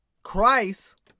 Christ